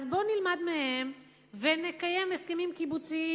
אז בואו נלמד מהם ונקיים הסכמים קיבוציים,